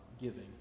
giving